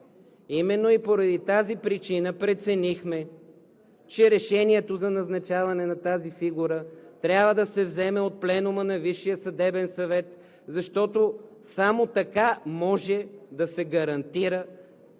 Именно и поради тази причина преценихме, че решението за назначаване на тази фигура трябва да се вземе от Пленума на Висшия съдебен съвет, защото само така може да се гарантира